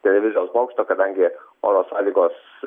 televizijos bokšto kadangi oro sąlygos